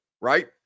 right